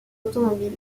automobiles